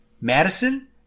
Madison